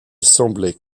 semblait